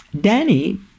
Danny